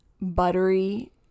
buttery